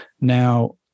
Now